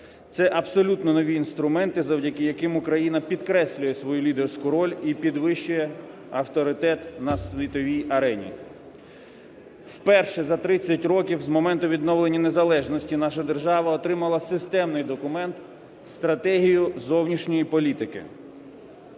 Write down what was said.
це абсолютно нові інструменти, завдяки яким Україна підкреслює свою лідерську роль і підвищує авторитет на світовій арені. Вперше за 30 років з моменту відновлення незалежності наша держава отримала системний документ – стратегію зовнішньої політики.